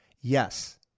Yes